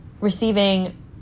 receiving